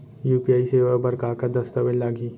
UPI सेवा बर का का दस्तावेज लागही?